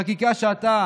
חקיקה שאתה